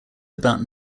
about